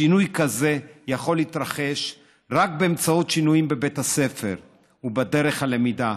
שינוי כזה יכול להתרחש רק באמצעות שינויים בבית הספר ובדרך הלמידה.